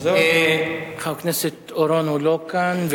חבר הכנסת אורון לא כאן,